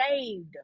saved